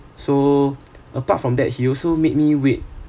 so apart from that he also made me wait